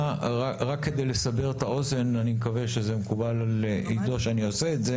רק כדי לסבר את האוזן אני מקווה שזה מקובל על עידו שאני עושה את זה